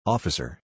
Officer